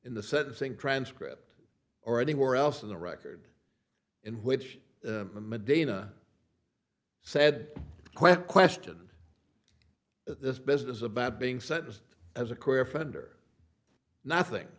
in the sentencing transcript or anywhere else in the record in which medina said quick question this business about being sentenced as a career fender nothing